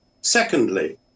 Secondly